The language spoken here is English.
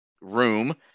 room